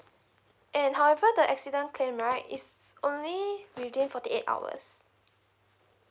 and however the accident claim right it's only within forty eight hours